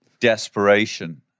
desperation